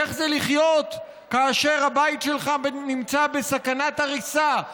איך זה לחיות כאשר הבית שלך נמצא בסכנת הריסה,